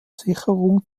sicherung